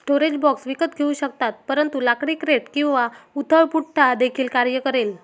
storage box विकत घेऊ शकतात परंतु लाकडी क्रेट किंवा उथळ पुठ्ठा देखील कार्य करेल